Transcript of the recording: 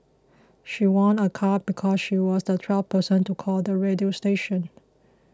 she won a car because she was the twelfth person to call the radio station